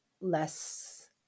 less